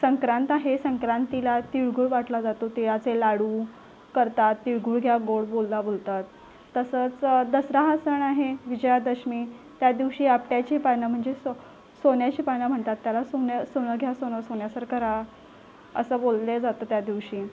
संक्रांत आहे संक्रांतीला तिळगूळ वाटला जातो तिळाचे लाडू करतात तिळगूळ घ्या गोड बोला बोलतात तसंच दसरा हा सण आहे विजयादशमी त्या दिवशी आपट्याची पानं म्हणजेच सो सोन्याची पानं म्हणतात त्याला सोनं सोनं घ्या सोनं सोन्यासारखं राहा असं बोलले जातं त्या दिवशी